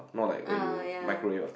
uh ya